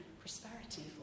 prosperity